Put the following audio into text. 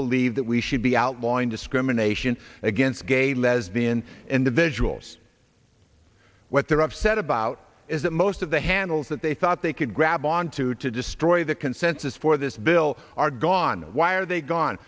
believe that we should be outlawing discrimination against gay lesbian individuals what they're upset about is that most of the handles that they thought they could grab onto to destroy the consensus for this bill are gone why are they gone